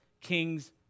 Kings